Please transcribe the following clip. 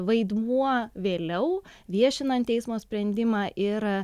vaidmuo vėliau viešinant teismo sprendimą ir